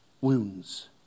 wounds